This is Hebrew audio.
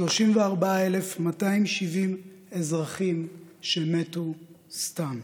34,270 אזרחים שמתו סתם.